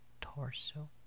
torso